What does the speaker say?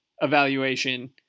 evaluation